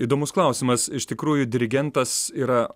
įdomus klausimas iš tikrųjų dirigentas yra